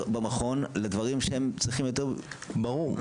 במכון לדברים שהם צריכים יותר --- ברור.